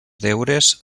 deures